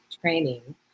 training